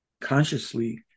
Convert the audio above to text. consciously